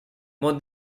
more